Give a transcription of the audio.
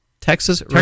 Texas